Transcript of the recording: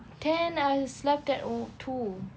ten I slept at o~ two